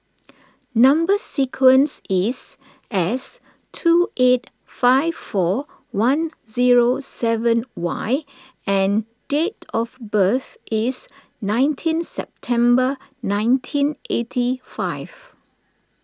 Number Sequence is S two eight five four one zero seven Y and date of birth is nineteen September nineteen eighty five